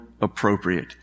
appropriate